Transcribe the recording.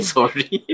Sorry